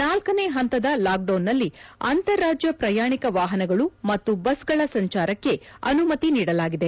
ಳನೇ ಹಂತದ ಲಾಕ್ಡೌನ್ನಲ್ಲಿ ಅಂತಾರಾಜ್ಯ ಪ್ರಯಾಣಿಕ ವಾಹನಗಳು ಮತ್ತು ಬಸ್ಗಳ ಸಂಚಾರಕ್ಕೆ ಅನುಮತಿ ನೀಡಲಾಗಿದೆ